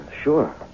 Sure